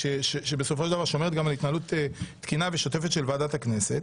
שבסופו של דבר שומרת גם על התנהלות תקינה ושוטפת של ועדת הכנסת,